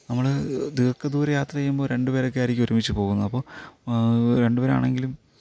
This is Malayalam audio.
നമ്മൾ ദീർഘദൂര യാത്ര ചെയ്യുമ്പോൾ രണ്ട് പേരൊക്കെ ആയിരിക്കും ഒരുമിച്ചു പോകുന്നത് അപ്പോൾ രണ്ട് പേരാണെങ്കിലും